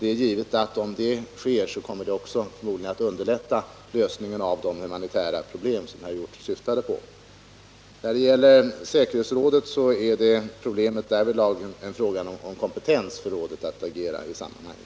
Det är givet att om så sker kommer detta att underlätta arbetet med att få en lösning på de humanitära problem som herr Hjorth åsyftade här. När det gäller säkerhetsrådet är problemet där frågan om rådets kompetens att agera i sammanhanget.